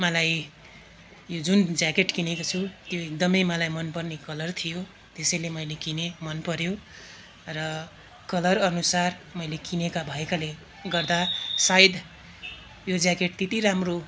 मलाई यो जुन ज्याकेट किनेको छु त्यो एकदमै मलाई मनपर्ने कलर थियो त्यसैले मैले किनेँ मनपर्यो र कलर अनुसार मैले किनेका भएकाले गर्दा सायद यो ज्याकेट त्यति राम्रो